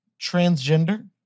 transgender